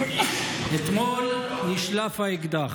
אתמול נשלף האקדח,